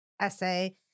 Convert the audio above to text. essay